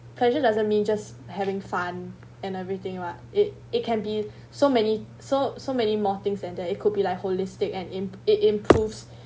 pleasure doesn't mean just having fun and everything about it it can be so many so so many more things and that it could be like holistic and in it improves